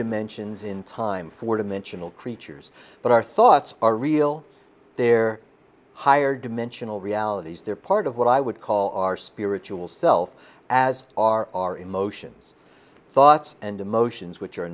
dimensions in time four dimensional creatures but our thoughts are real they're higher dimensional realities they're part of what i would call our spiritual self as are our emotions thoughts and emotions which are